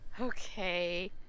Okay